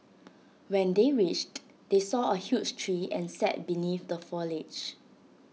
when they reached they saw A huge tree and sat beneath the foliage